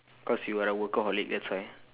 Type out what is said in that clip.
because you are a workaholic that's why